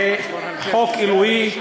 זה חוק אלוהי,